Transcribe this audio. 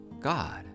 God